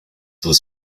was